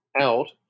out